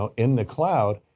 ah in the cloud,